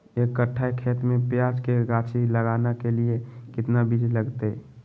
एक कट्ठा खेत में प्याज के गाछी लगाना के लिए कितना बिज लगतय?